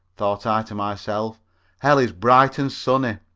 thought i to myself hell is bright and sunny,